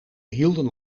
hielden